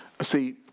See